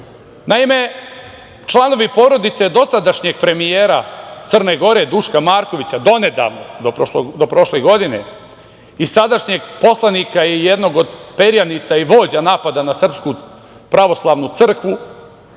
Naime, članovi porodice dosadašnjeg premijera Crne Gore, Duška Markovića, donedavnog, do prošle godine i sadašnjeg poslanika i jednog od perjanica i vođa napada na SPC su se